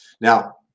Now